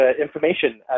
Information